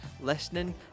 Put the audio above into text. listening